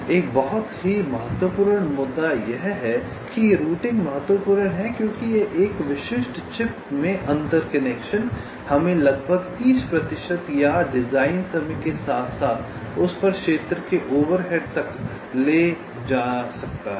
अब एक बहुत ही महत्वपूर्ण मुद्दा यह है कि रूटिंग महत्वपूर्ण है क्योंकि एक विशिष्ट चिप में अंतर कनेक्शन हमें लगभग 30 प्रतिशत या डिज़ाइन समय के साथ साथ उस पर क्षेत्र के ओवरहेड तक ले जा सकता है